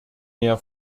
mehr